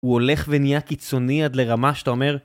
הוא הולך ונהיה קיצוני עד לרמה שאתה אומר